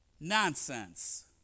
Nonsense